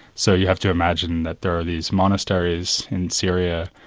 so you have to imagine that there are these monasteries in syria,